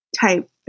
type